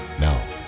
Now